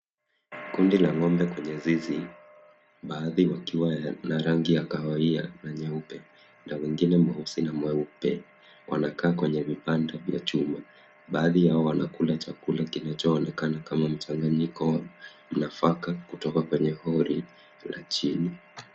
Kundi la ng'ombe kwenye zizi baadhi wakiwa na rangi ya kahawia na nyeupe na wengine meusi mweupe wanakaa kwenye vipande vya chuma baadhi yao wanakula chakula kinachoonekana kama mchanganyiko wa nafaka kutoka kwenye hori na chini.